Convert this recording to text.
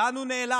לאן הוא נעלם?